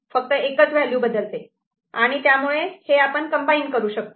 फक्त एकच व्हॅल्यू बदलते आणि त्यामुळे हे आपण कंबाईन करू शकतो